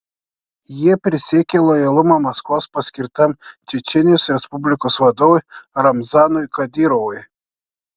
jie prisiekė lojalumą maskvos paskirtam čečėnijos respublikos vadovui ramzanui kadyrovui